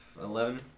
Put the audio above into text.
Eleven